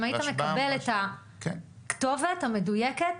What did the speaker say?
אם היית מקבל את הכתובת המדויקת,